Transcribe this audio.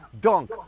dunk